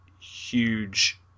huge